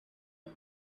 one